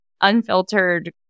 unfiltered